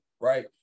right